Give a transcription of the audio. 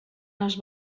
les